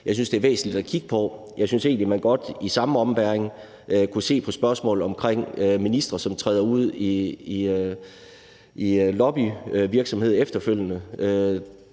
Jeg synes, det er væsentligt at kigge på, og jeg synes egentlig, at man godt i samme ombæring kunne se på spørgsmålet om ministre, som går fra ministerpost og ud i lobbyvirksomhed. Der var det